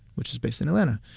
which is based in atlanta